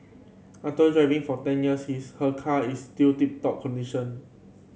after driving for ten years his her car is still tip top condition